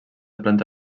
planta